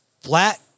flat